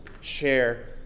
share